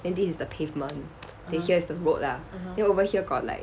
then this is the pavement then here is the road lah then over here got like